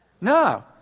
No